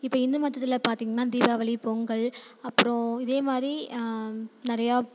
இப்போது இந்து மதத்தில் பார்த்தீங்கனா தீபாவளி பொங்கல் அப்புறம் இதே மாதிரி நிறையா